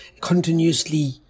continuously